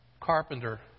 carpenter